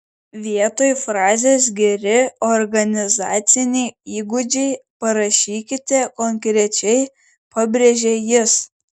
vietoj frazės geri organizaciniai įgūdžiai parašykite konkrečiai pabrėžia jis